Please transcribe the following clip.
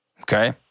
Okay